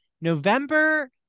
November